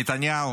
נתניהו,